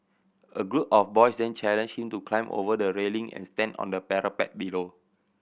a group of boys then challenged him to climb over the railing and stand on the parapet below